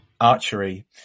archery